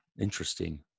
interesting